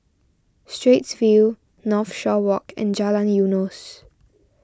Straits View Northshore Walk and Jalan Eunos